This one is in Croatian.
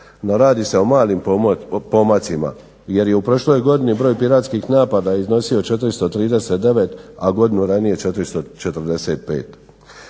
radi se o malim pomacima jer je u prošloj godini broj piratskih napada iznosio 439, a godinu ranije 445.